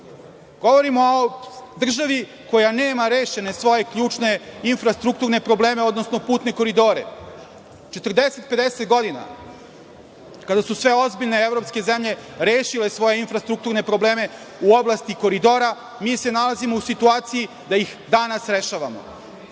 Govorimo o državi koja nema rešene svoje ključne infrastrukturne probleme, odnosno putne koridore. Četrdeset, pedeset godina, kada su sve ozbiljne evropske zemlje rešile svoje infrastrukturne probleme u oblasti koridora, mi se nalazimo u situaciji da ih danas rešavamo.